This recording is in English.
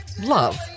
love